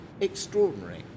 extraordinary